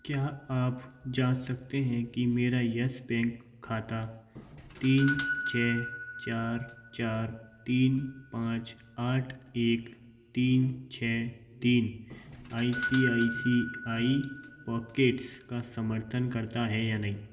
क्या आप जाँच सकते हैं कि मेरा यस बैंक खाता तीन छः चार चार तीन पाँच आठ एक तीन छः तीन I C I C I pockets का समर्थन करता है या नहीं